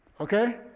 okay